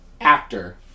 actor